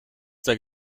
der